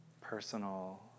personal